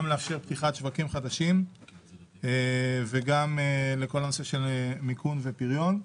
גם לאפשר פתיחת שווקים חדשים וגם להשקיע במיכון ובפריון.